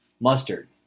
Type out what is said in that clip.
Mustard